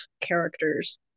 characters